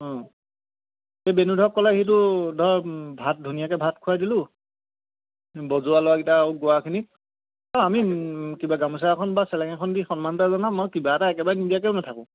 অঁ এই বেনুধৰক ক'লে সিটো ধৰক ভাত ধুনীয়াকে ভাত খোৱাই দিলোঁ বজোৱা ল'ৰাকেইটা আৰু গোৱাখিনিক আমি কিবা গামোচা এখন বা চেলেঙ এখন কি সন্মান এটা জনাম আৰু কিবা এটা একেবাৰে নিদিয়াকেও নাথাকোঁ